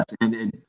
yes